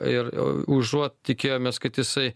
ir užuot tikėjomės kad jisai